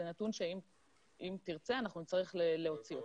זה נתון שאם תרצה, אנחנו נצטרך להוציא אותו.